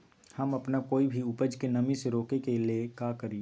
हम अपना कोई भी उपज के नमी से रोके के ले का करी?